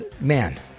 Man